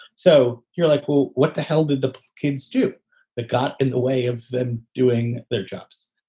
so you're like, well, what the hell did the kids do that got in the way of them doing their jobs?